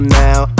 now